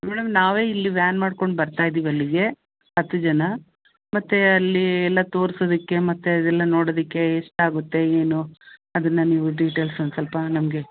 madam ನಾವೇ ಇಲ್ಲಿ van ಮಾಡ್ಕೊಂಡು ಬರ್ತಾ ಇದೀವಿ ಅಲ್ಲಿಗೆ ಹತ್ತು ಜನ ಮತ್ತು ಅಲ್ಲಿ ಎಲ್ಲ ತೋರ್ಸೋದಕ್ಕೆ ಮತ್ತು ಅದೆಲ್ಲ ನೋಡೋದಕ್ಕೆ ಎಷ್ಟು ಆಗುತ್ತೆ ಏನು ಅದನ್ನ ನೀವು ಡಿಟೈಲ್ಸ್ ಒಂದ್ಸ್ವಲ್ಪ ನಮಗೆ